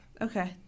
Okay